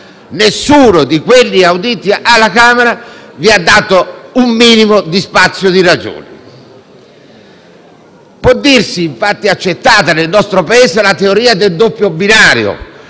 nessuno di quelli che avete audito alla Camera vi ha dato un minimo di spazio di ragione. Può dirsi infatti accettata nel nostro Paese la teoria del doppio binario